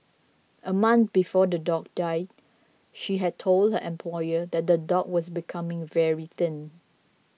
a month before the dog died she had told her employer that the dog was becoming very thin